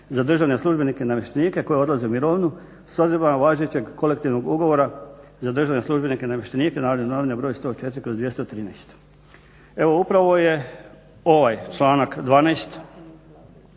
za državne službenike i namještenike koji odlaze u mirovinu s odredbama važećeg kolektivnog ugovora za državne službenike i namještenike, "Narodne novine" br. 104/213. Evo upravo je ovaj članak 12.